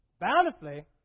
bountifully